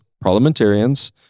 parliamentarians